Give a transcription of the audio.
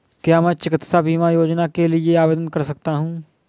क्या मैं चिकित्सा बीमा योजना के लिए आवेदन कर सकता हूँ?